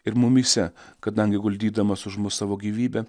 ir mumyse kadangi guldydamas už mus savo gyvybę